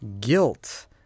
guilt